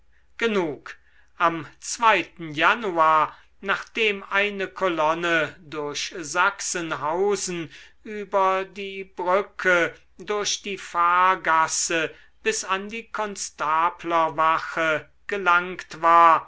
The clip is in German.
genug am januar nachdem eine kolonne durch sachsenhausen über die brücke durch die fahrgasse bis an die konstablerwache gelangt war